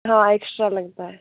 हाँ एक्स्ट्रा लगता है